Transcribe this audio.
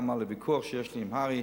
גם על הוויכוח שיש לי עם הר"י.